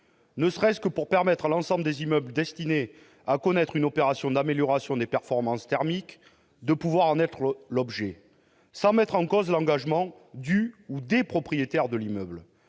ne serait-ce que pour permettre à l'ensemble des immeubles destinés à connaître une opération d'amélioration des performances thermiques d'en être l'objet et sans mettre en cause l'engagement du ou des propriétaires de l'immeuble.